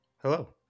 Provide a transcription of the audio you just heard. Hello